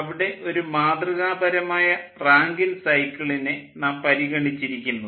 അവിടെ ഒരു മാതൃകാപരമായ റാങ്കിൻ സൈക്കിളിനെ നാം പരിഗണിച്ചിരിക്കുന്നു